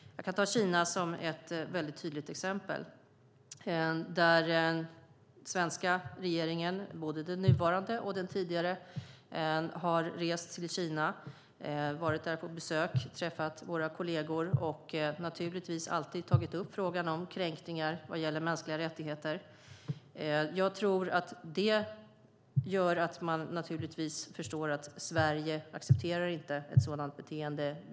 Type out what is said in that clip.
Jag kan ta Kina som ett tydligt exempel. Den svenska regeringen, både den nuvarande och den tidigare, har rest till Kina, träffat våra kolleger och naturligtvis alltid tagit upp frågan om kränkningar av mänskliga rättigheter. Det gör att man förstår att Sverige inte accepterar sådant.